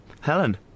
Helen